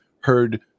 heard